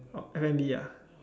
orh F and B ah